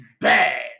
bad